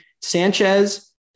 Sanchez